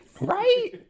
Right